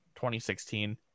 2016